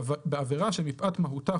בעבירה שמפאת מהותה,